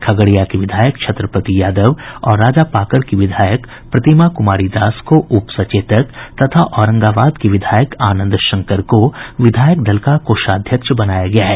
खगड़िया के विधायक छत्रपति यादव और राजापाकर की विधायक प्रतिमा कुमारी दास को उप सचेतक तथा औरंगाबाद के विधायक आनंद शंकर को विधायक दल का कोषाध्यक्ष बनाया गया है